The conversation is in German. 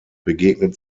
begegnet